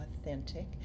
authentic